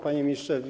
Panie Ministrze!